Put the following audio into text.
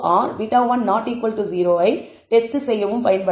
0 eye test செய்யவும் பயன்படுத்தலாம்